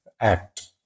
act